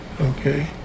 Okay